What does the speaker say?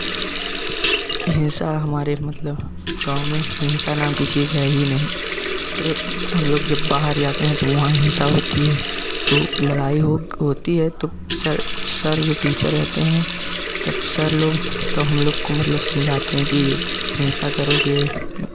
हिंसा हमारे मतलब गाँव में हिंसा नाम की चीज़ है ही नहीं और हम लोग जब बाहर जाते हैं तो वहाँ हिंसा होती है तो लड़ाई होग होती है तो सर सर जो टीचर रहते हैं तब सर लोग तो हम लोग को मतलब समझाते हैं कि हिंसा करोगे